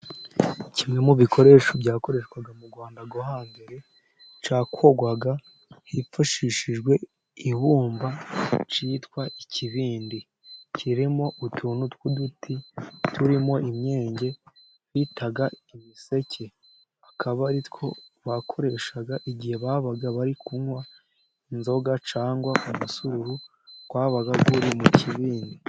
Kimwe mu bikoresho byakoreshwaga mu Rwanda rwo hambere cyakorwaga hifashishijwe ibumba, cyitwa ikibindi. Kirimo utuntu tw'uduti turimo imyenge bita imiseke. Akaba ari two bakoresha igihe baba bari kunywa inzoga cyangwa umusururu. Twabaga turi mu kibindi.